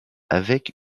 avec